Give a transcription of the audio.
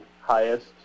highest